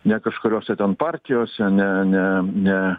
ne kažkuriose ten partijose ne ne ne